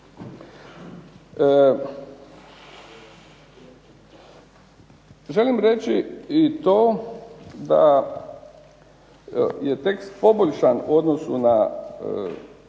Želim reći i to da je tekst poboljšan u odnosu na